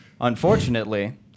Unfortunately